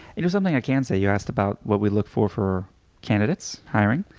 you know something i can say, you asked about what we look for for candidates, hiring.